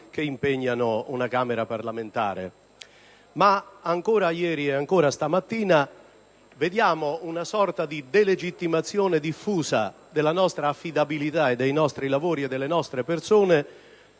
che impegnano una Camera del Parlamento. Ma ancora ieri e anche questa mattina registriamo una sorta di delegittimazione diffusa della nostra affidabilità, dei nostri lavori e delle nostre persone